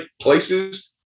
places